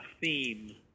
theme